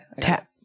tap